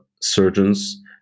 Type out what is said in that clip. surgeons